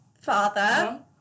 father